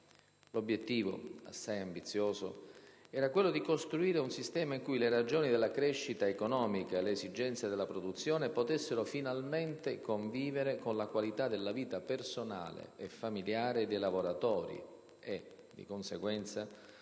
L'obiettivo, assai ambizioso, era quello di costruire un sistema in cui le ragioni della crescita economica e le esigenze della produzione potessero finalmente convivere con la qualità della vita personale e familiare dei lavoratori e, di conseguenza,